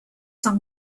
sung